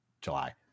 July